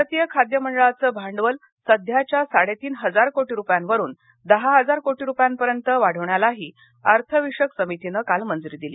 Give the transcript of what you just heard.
भारतीय खाद्य मंडळाचं भांडवल सध्याच्या साडेतीन हजार कोटी रुपयांवरून दहा हजार कोटी रुपयांपर्यंत वाढवण्यालाही अर्थविषयक समितीनं आज मंजुरी दिली